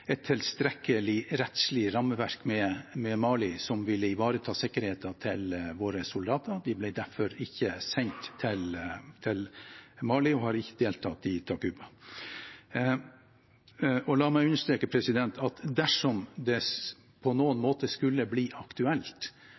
et tilstrekkelig rettslig rammeverk med Mali som ville ivareta sikkerheten til våre soldater. De ble derfor ikke sendt til Mali og har ikke deltatt i Takuba. La meg understreke at dersom det på noen måte skulle bli aktuelt